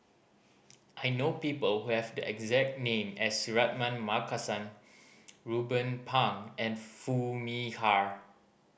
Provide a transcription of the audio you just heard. I know people who have the exact name as Suratman Markasan Ruben Pang and Foo Mee Har